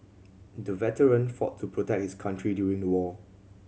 the veteran fought to protect his country during the war